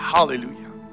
Hallelujah